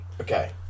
okay